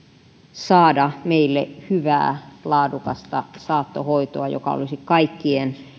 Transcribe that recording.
saada meille hyvää laadukasta saattohoitoa joka olisi kaikkien